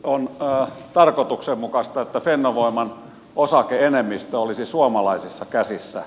on tarkoituksenmukaista että fennovoiman osake enemmistö olisi suomalaisissa käsissä